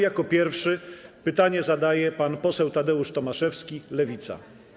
Jako pierwszy pytanie zadaje pan poseł Tadeusz Tomaszewski, Lewica.